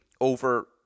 over